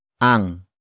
ang